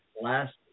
last